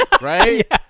right